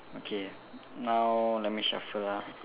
okay now let me shuffle ah